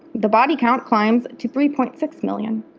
the body count climbs to three point six million